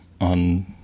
on